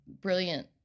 brilliant